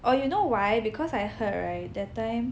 oh you know why because I heard right that time